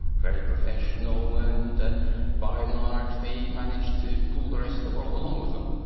very professional, and by and large they managed to pull the rest of the world along with them.